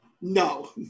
No